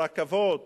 ברכבות